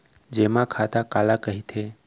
जेमा खाता काला कहिथे?